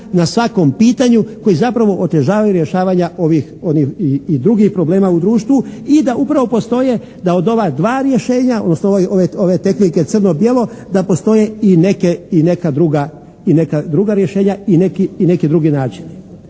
na svakom pitanju koja zapravo otežavaju rješavanja ovih, onih i drugih problema u društvu. I da upravo postoje, da od ova dva rješenja odnosno ove tehnike crno-bijelo da postoje i neke, i neka druga, i neka druga